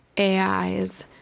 AIs